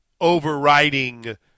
overriding